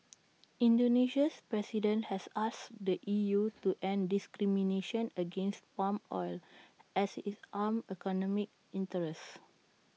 Indonesia's president has asked the E U to end discrimination against palm oil as IT harms economic interests